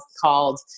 called